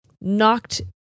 knocked